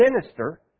minister